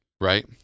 Right